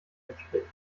entspricht